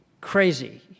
crazy